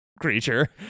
creature